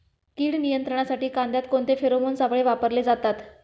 कीड नियंत्रणासाठी कांद्यात कोणते फेरोमोन सापळे वापरले जातात?